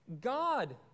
God